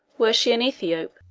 were she an ethiope.